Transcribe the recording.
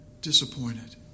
disappointed